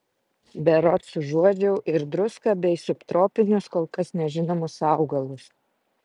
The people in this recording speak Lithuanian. berods užuodžiau ir druską bei subtropinius kol kas nežinomus augalus